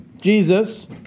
Jesus